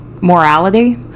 morality